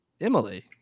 Emily